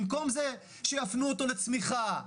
במקום שיפנו אותה לצמיחה,